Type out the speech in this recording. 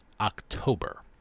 October